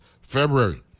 February